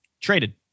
Traded